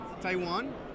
Taiwan